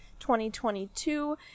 2022